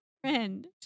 Friend